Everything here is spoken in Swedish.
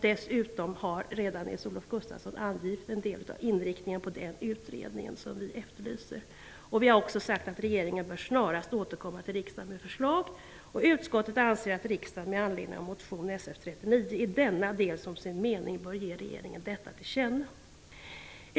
Dessutom har redan Nils-Olof Gustafsson angivit en del av inriktningen på den utredning som vi efterlyser. Vi har också sagt att regeringen snarast bör återkomma till riksdagen med förslag. Utskottet anser att riksdagen med anledning av motion Sf39 i denna del som sin mening bör ge regeringen detta till känna.